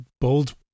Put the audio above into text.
bold